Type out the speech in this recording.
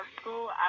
school